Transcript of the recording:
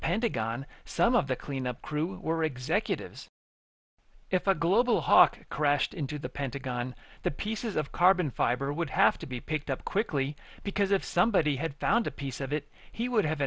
pentagon some of the cleanup crew were executives if a global hawk crashed into the pentagon the pieces of carbon fiber would have to be picked up quickly because if somebody had found a piece of it he would have